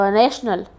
national